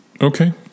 Okay